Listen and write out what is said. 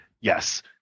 yes